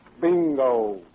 Bingo